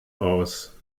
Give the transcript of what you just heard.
aus